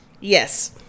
Yes